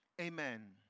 Amen